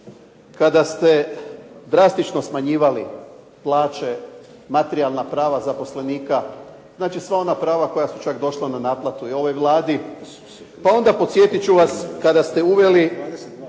kada ste drastično smanjivali plaće, materijalna prava zaposlenika, znači sva ona prava koja su čak došla na naplatu i ovoj Vladi. Pa onda podsjetit ću vas kada ste uveli,